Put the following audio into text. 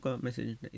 message